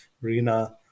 Rina